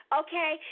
okay